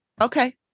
Okay